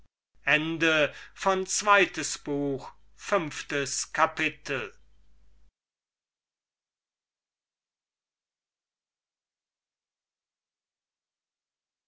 zweites buch erstes kapitel